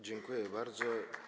Dziękuję bardzo.